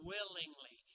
Willingly